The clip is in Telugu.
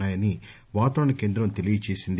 ఉన్నా యని వాతావరణ కేంద్రం తెలియ జేసింది